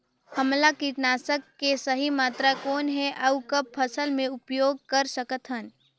हमला कीटनाशक के सही मात्रा कौन हे अउ कब फसल मे उपयोग कर सकत हन?